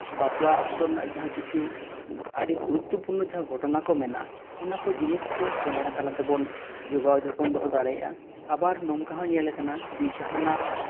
ᱵᱟᱯᱞᱟ ᱚᱠᱛᱚ ᱨᱮᱱᱟᱜ ᱡᱟᱦᱟᱸ ᱠᱤᱪᱷᱩ ᱟᱵᱚ ᱜᱩᱨᱩᱛᱛᱚᱯᱩᱨᱱᱚ ᱡᱟᱦᱟᱸ ᱜᱷᱚᱴᱚᱱᱟ ᱠᱚ ᱢᱮᱱᱟᱜᱼᱟ ᱚᱱᱟ ᱠᱚ ᱡᱤᱱᱤᱥ ᱠᱚ ᱠᱮᱢᱮᱨᱟ ᱛᱟᱞᱟ ᱛᱮᱵᱚᱱ ᱡᱚᱜᱟᱣ ᱡᱚᱛᱚᱱ ᱫᱟᱲᱮᱭᱟᱜᱼᱟ ᱟᱵᱟᱨ ᱱᱚᱝᱠᱟ ᱦᱚᱸ ᱧᱮᱞᱟᱠᱟᱱ ᱡᱮ ᱡᱟᱦᱟᱱᱟᱜ